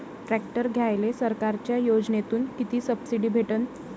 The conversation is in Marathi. ट्रॅक्टर घ्यायले सरकारच्या योजनेतून किती सबसिडी भेटन?